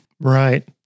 Right